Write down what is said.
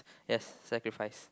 yes sacrifice